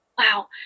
Wow